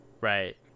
Right